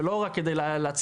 ולא רק כדי להציף,